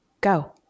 go